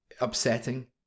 upsetting